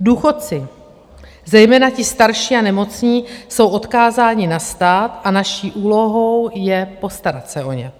Důchodci, zejména ti starší a nemocní, jsou odkázáni na stát a naší úlohou je postarat se o ně,